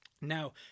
Now